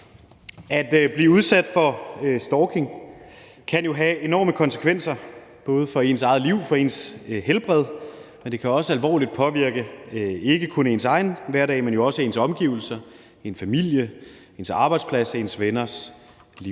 At blive udsat for stalking kan jo have enorme konsekvenser både for ens eget liv og for ens helbred, og det kan også alvorligt påvirke ikke kun ens egen hverdag, men også ens omgivelser: ens arbejdsplads og ens